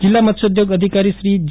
જિલ્લા મત્સ્ચોદ્યોગ અધિકારી શ્રી જે